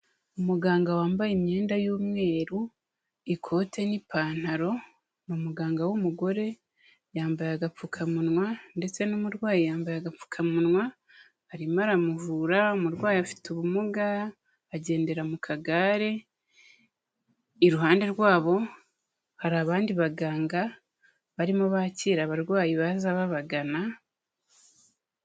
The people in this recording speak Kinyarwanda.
Umuganga wambaye imyenda y'umweru ikote n'ipantaro, ni umuganga w'umugore yambaye agapfukamunwa ndetse n'umurwayi yambaye agapfukamunwa, arimo aramuvura, umurwayi afite ubumuga agendera mu kagare, iruhande rwabo hari abandi baganga barimo bakira abarwayi baza babagana.